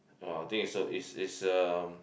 !wah! I think it's a it's it's a